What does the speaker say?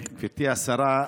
גברתי השרה,